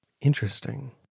Interesting